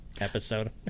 episode